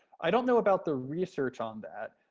i don't know about the research on that